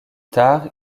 tard